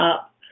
up